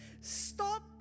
Stop